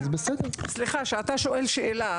כשאתה שואל שאלה,